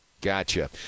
Gotcha